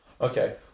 Okay